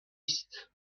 است